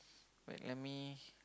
wait let me